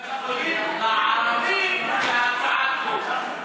מקימים בית חולים לערבים בהצעת חוק,